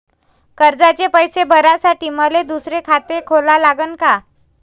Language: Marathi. कर्जाचे पैसे भरासाठी मले दुसरे खाते खोला लागन का?